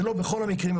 זה לא בכל המקרים,